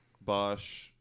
Bosch